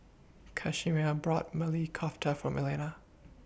brought Maili Kofta For Melina